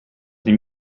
den